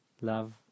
love